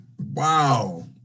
Wow